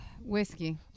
Whiskey